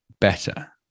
better